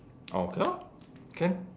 oh okay lor can